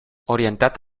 orientat